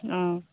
অঁ